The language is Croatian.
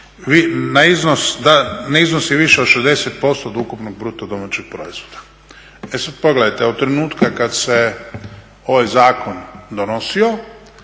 smanjiti da ne iznosi više od 60% od ukupnog BDP-a. E sad pogledajte, od trenutka kad se ovaj zakon donosio